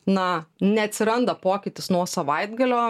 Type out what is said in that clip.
na neatsiranda pokytis nuo savaitgalio